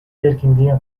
эркиндигин